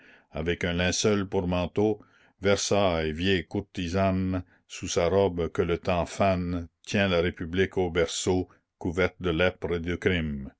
avec un linceul pour manteau versailles vieille courtisane sous sa robe que le temps fane tient la république au berceau couverte de lèpre et de crime